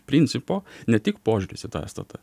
principo ne tik požiūris į tą stt